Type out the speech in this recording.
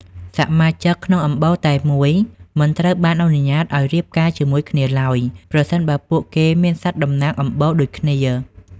សមាជិកក្នុងអំបូរតែមួយមិនត្រូវបានអនុញ្ញាតឱ្យរៀបការជាមួយគ្នាឡើយ ប្រសិនបើពួកគេមានសត្វតំណាងអំបូរដូចគ្នា។